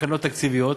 תקנות תקציביות